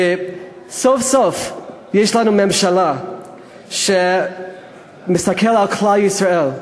סוף-סוף יש לנו ממשלה שמסתכלת על כלל ישראל,